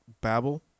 Babel